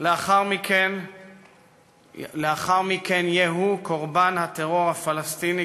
לאחר מכן יהיה הוא קורבן הטרור הפלסטיני,